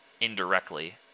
indirectly